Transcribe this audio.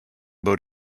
boat